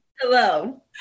hello